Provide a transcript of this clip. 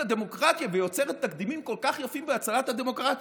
הדמוקרטיה והיא יוצרת תקדימים כל כך יפים בהצלת הדמוקרטיה.